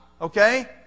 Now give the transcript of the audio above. okay